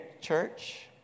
church